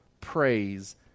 praise